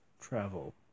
travel